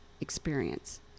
experience